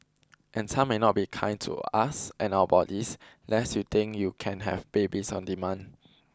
and time may not be kind to us and our bodies that's you think you can have babies on demand